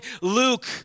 Luke